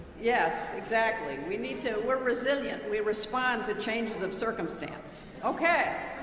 yes, exactly. we need to, we're resilient. we respond to changes of circumstance. okay,